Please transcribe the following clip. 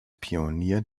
pionier